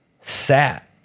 sat